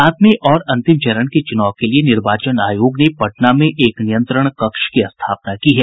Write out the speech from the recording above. सातवें और अंतिम चरण के चुनाव के लिए निर्वाचन आयोग ने पटना में एक नियंत्रण कक्ष की स्थापना की है